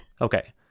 Okay